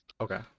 Okay